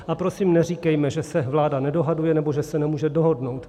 A prosím, neříkejme, že se vláda nedohaduje, nebo že se nemůže dohodnout.